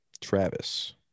Travis